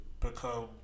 become